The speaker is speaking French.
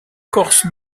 corse